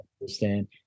understand